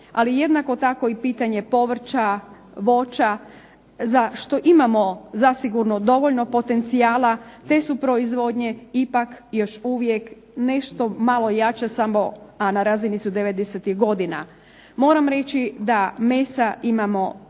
ali jednako tako i pitanje povrća, voća za što imamo zasigurno dovoljno potencijala te su proizvodnje ipak još uvijek nešto malo jače samo, a na razini su '90-ih godina. Moram reći da mesa imamo